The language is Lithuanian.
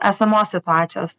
esamos situacijos